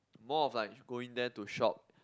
more of like going there to shop